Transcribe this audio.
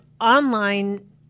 online